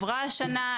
עברה שנה,